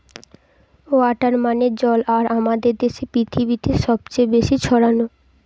water মানে জল আর আমাদের পৃথিবীতে সবচে বেশি ছড়ানো